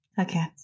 okay